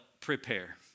prepare